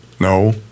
No